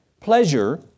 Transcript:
pleasure